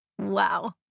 Wow